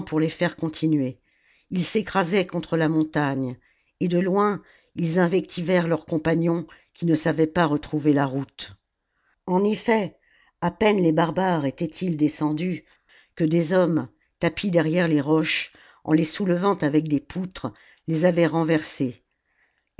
les faire continuer ils s'écrasaient contre la montagne et de loin ils invectivèrent leurs compagnons qui ne savaient pas retrouver la route en effet à peine les barbares étaient ils descendus que des hommes tapis derrière les roches en les soulevant avec des poutres les avaient renversées